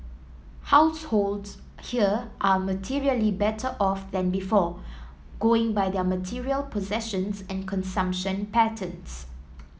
households here are materially better off than before going by their material possessions and consumption patterns